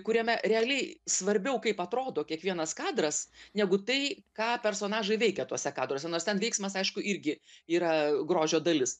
kuriame realiai svarbiau kaip atrodo kiekvienas kadras negu tai ką personažai veikia tuose kadruose nors ten veiksmas aišku irgi yra grožio dalis